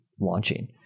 launching